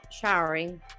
showering